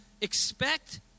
expect